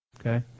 Okay